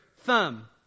thumb